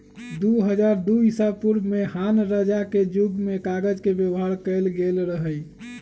दू हज़ार दू ईसापूर्व में हान रजा के जुग में कागज के व्यवहार कएल गेल रहइ